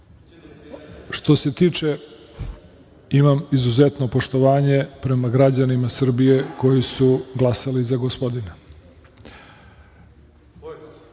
nije daleko. Imam izuzetno poštovanje prema građanima Srbije koji su glasali za gospodina. Ko god